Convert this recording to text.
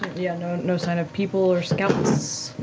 yeah, no no sign of people or scouts?